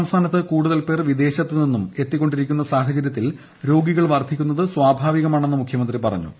സംസ്ഥാനത്ത് കൂടു്തൽ പ്ർ വിദേശത്ത് നിന്നും എത്തിക്കൊണ്ടിരിക്കുന്ന സാഹചര്യത്തിൽ രോഗികൾ വർദ്ധിക്കുന്നത് സ്വാഭാവികമാണെന്ന് മുഖ്യമത്ത്രി പ്പറഞ്ഞു